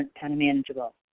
unmanageable